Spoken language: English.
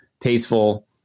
tasteful